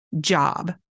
job